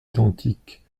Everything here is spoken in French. identiques